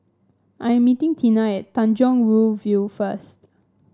I am meeting Teena at Tanjong Rhu View first